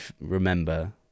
remember